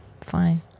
Fine